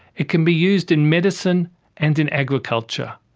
it can be used in medicine and in agriculture.